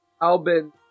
Albin